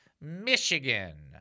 Michigan